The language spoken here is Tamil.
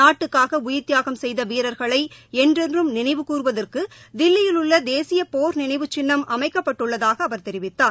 நாட்டுக்காக உயிர்த்தியாகம் செய்த வீரர்களை என்றென்றும் நினைவு கூர்வதற்கு தில்லியிலுள்ள தேசிய போர் நினைவு சின்னம் அமைக்கப்பட்டுள்ளதாக அவர் தெரிவித்தார்